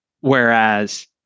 Whereas